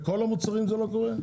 בכל המוצרים זה לא קורה?